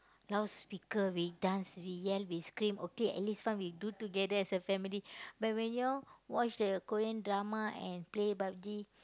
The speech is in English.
loudspeaker we dance we yell we scream okay at least fun we do together as family but when you all watch the Korean drama and play Pub-G